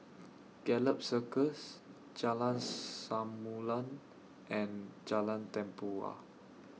Gallop Circus Jalan Samulun and Jalan Tempua